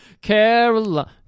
Caroline